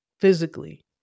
physically